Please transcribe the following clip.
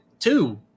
two